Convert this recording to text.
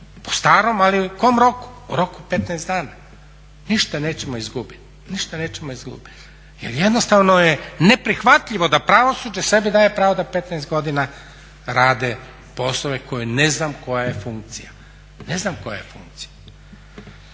po starom ali u kojem roku? U roku 15 dana. Ništa nećemo izgubiti, ništa nećemo izgubit jel jednostavno je neprihvatljivo da pravosuđe sebi daje pravo da 15 godina rade poslove koji ne znam koja je funkcija, ne znam koja je funkcija.